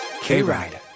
K-Ride